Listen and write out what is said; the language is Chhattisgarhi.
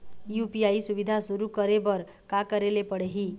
यू.पी.आई सुविधा शुरू करे बर का करे ले पड़ही?